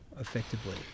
effectively